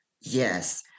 Yes